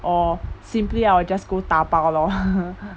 or simply I will just go dabao lor